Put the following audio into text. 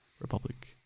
Republic